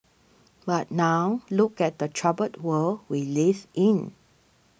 but now look at the troubled world we live in